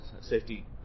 safety